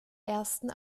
ersten